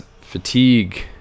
fatigue